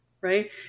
right